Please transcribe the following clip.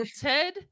ted